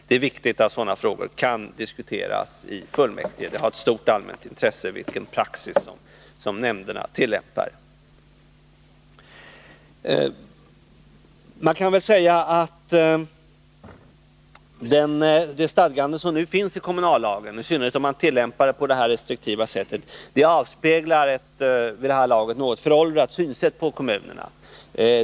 Den praxis som nämnderna tillämpar har ett stort allmänt intresse. Man kan väl säga att det stadgande som nu finns i kommunallagen, i synnerhet om det tillämpas på det här restriktiva sättet, avspeglar ett vid det härlaget något föråldrat sätt att se på kommunerna.